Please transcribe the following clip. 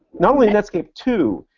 not only netscape two,